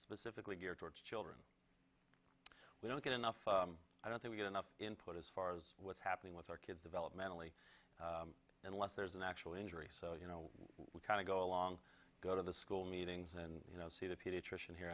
specifically geared towards children we don't get enough i don't think we get enough input as far as what's happening with our kids developmentally unless there's an actual injury so you know we kind of go along go to the school meetings and you know see the pediatrician here